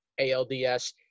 ALDS